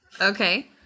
Okay